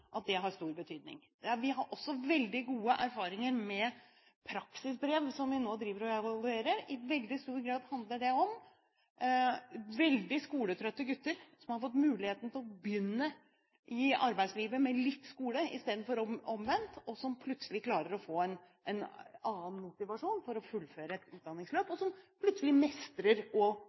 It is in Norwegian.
at det har stor betydning. Vi har også veldig gode erfaringer med praksisbrev, som vi nå driver og evaluerer. I stor grad handler det om veldig skoletrøtte gutter som har fått muligheten til å begynne i arbeidslivet med litt skole, istedenfor omvendt, og som plutselig klarer å få en annen motivasjon for å fullføre et utdanningsløp, og som plutselig mestrer og